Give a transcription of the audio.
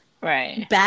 Right